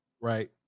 right